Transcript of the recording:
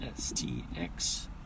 STX